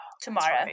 tomorrow